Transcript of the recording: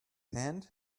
hand